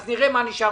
אז נראה מה נשאר